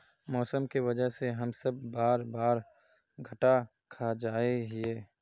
मौसम के वजह से हम सब बार बार घटा खा जाए हीये?